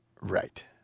Right